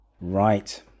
Right